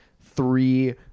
three